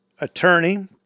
attorney